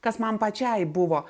kas man pačiai buvo